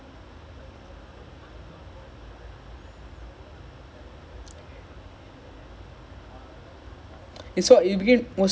like the first goal what is the penalty like celebrate for that also like that guy anyhow raise the hand to markus to mark then what kind of penalty is that